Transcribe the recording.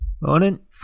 Morning